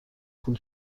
پول